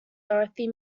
dorothy